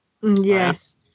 yes